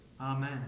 amen